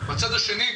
בצד השני,